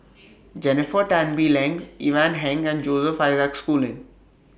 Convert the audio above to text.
Jennifer Tan Bee Leng Ivan Heng and Joseph Isaac Schooling